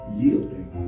yielding